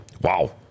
Wow